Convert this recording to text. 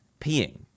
peeing